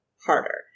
harder